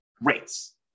rates